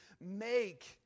make